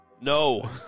No